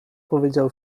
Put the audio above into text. powiedział